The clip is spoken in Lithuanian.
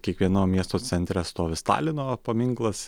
kiekvienam miesto centre stovi stalino paminklas